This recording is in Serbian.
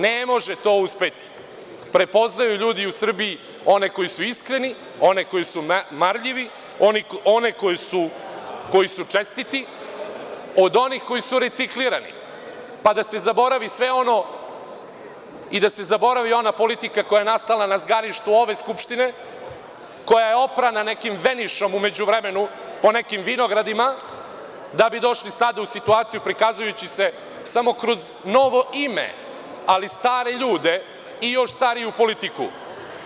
Ne može to uspeti, prepoznaju ljudi u Srbiji one koji su iskreni, one koji su marljivi, one koji su čestiti, od onih koji su reciklirani, pa da se zaboravi sve ono i da se zaboravi ona politika koja je nastala na zgarištu ove Skupštine koja je oprana nekim „venišom“ u međuvremenu po nekim vinogradima, da bi došli sada u situaciju prikazujući se samo kroz novo ime, ali stare ljude i još stariju politiku.